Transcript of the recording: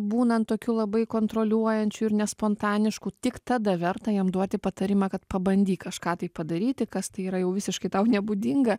būnant tokiu labai kontroliuojančiu ir nespontanišku tik tada verta jam duoti patarimą kad pabandyk kažką tai padaryti kas tai yra jau visiškai tau nebūdinga